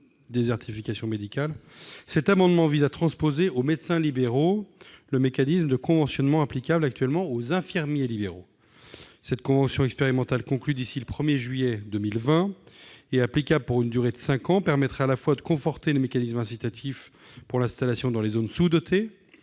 désertification médicale, cet amendement vise à transposer aux médecins libéraux le mécanisme de conventionnement applicable actuellement aux infirmiers libéraux. Cette convention expérimentale, conclue d'ici au 1juillet 2020 et applicable pour une durée de cinq ans, permettrait à la fois de conforter les mécanismes incitatifs pour l'installation dans les zones sous-dotées